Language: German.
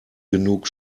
genug